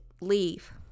leave